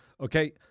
Okay